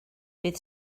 bydd